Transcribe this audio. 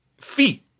feet